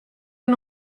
une